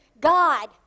God